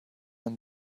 and